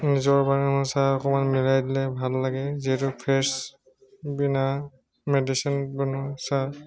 নিজৰ কাৰণে চাহ অকণমান মিলাই দিলে ভাল লাগে যিহেতু ফ্ৰেছ বিনা মেডিচিন বনোৱা চাহ